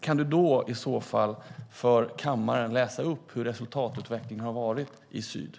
Kan du i så fall för kammaren läsa upp hurdan resultatutvecklingen varit där?